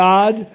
God